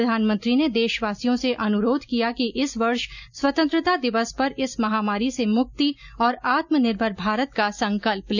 प्रधानमंत्री ने देशवासियों से अनुरोध किया कि इस वर्ष स्वतंत्रता दिवस पर इस महामारी से मुक्ति और आत्मनिर्भर भारत का संकल्प ले